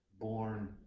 born